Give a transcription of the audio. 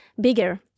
bigger